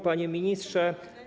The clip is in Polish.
Panie Ministrze!